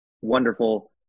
wonderful